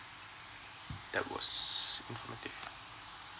that was informative